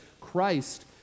Christ